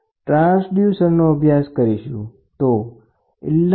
આપણે ટ્રાન્સડ્યુસર્સનો અભ્યાસ વિસ્તૃત કરીશુ